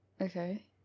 Okay